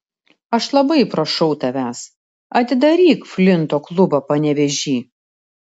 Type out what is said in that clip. aš labai prašau tavęs atidaryk flinto klubą panevėžy